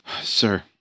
sir